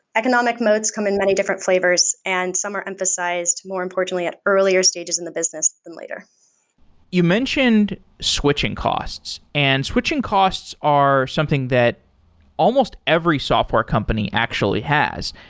economic moats come in many different flavors and some are emphasized more importantly at earlier stages in the business than later you mentioned switching costs, and switching costs are something that almost every software company actually has.